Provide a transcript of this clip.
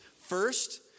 First